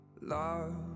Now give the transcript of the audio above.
love